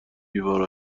دیوار